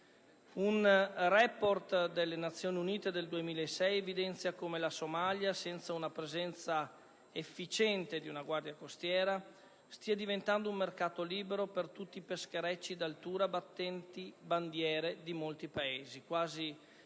Un *report* delle Nazioni Unite del 2006 evidenzia che la Somalia, senza la presenza efficiente di una guardia costiera, sta diventando un mercato libero per tutti i pescherecci d'altura battenti bandiere di molti Paesi, quali ad